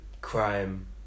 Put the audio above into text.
crime